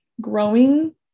growing